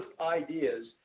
ideas